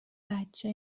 بچه